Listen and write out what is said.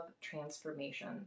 transformation